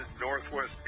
Northwest